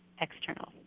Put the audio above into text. external